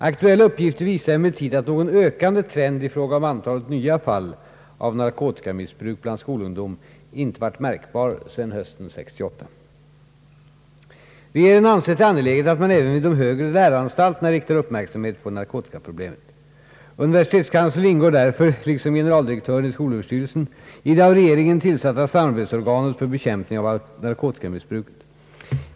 Aktuella uppgifter visar emellertid att någon ökande trend i fråga om antalet nya fall av narkotikamissbruk bland skolungdom inte varit märkbar sedan hösten 1968. Regeringen har ansett det angeläget att man även vid de högre läroanstalterna riktar uppmärksamhet på narkotikaproblemet. Universitetskanslern ingår därför — liksom generaldirektören i skolöverstyrelsen — i det av regeringen tillsatta samarbetsorganet för bekämpning av narkotikamissbruket.